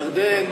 ירדן.